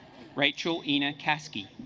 rachel ena caskey